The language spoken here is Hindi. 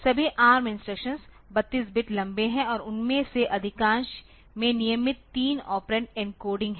सभी ARM इंस्ट्रक्शंस 32 बिट लंबे हैं और उनमें से अधिकांश में नियमित 3 ऑपरेंड एन्कोडिंग है